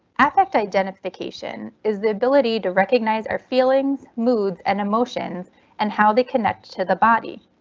affect identification is the ability to recognize our feelings, moods and emotions and how they connect to the body.